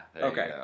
Okay